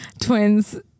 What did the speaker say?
twins